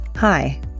Hi